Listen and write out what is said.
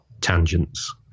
tangents